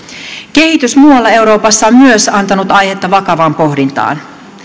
kehitys muualla euroopassa on myös antanut aihetta vakavaan pohdintaan